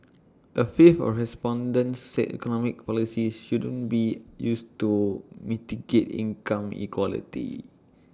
A fifth of respondents said economic policies shouldn't be used to mitigate income inequality